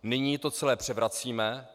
Nyní to celé převracíme.